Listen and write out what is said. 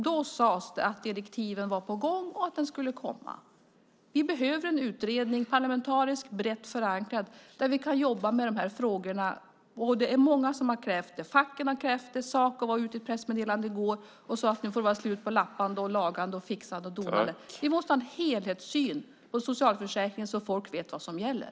Då sades det att direktiven var på gång och att utredningen skulle komma. Vi behöver en parlamentariskt brett förankrad utredning där vi kan jobba med dessa frågor. Det är många som har krävt det. Facken har krävt det. Saco gick ut med ett pressmeddelande i går och sade att det nu får vara slut på lappande, lagande, fixande och donande. Vi måste ha en helhetssyn på socialförsäkringen så att folk vet vad som gäller.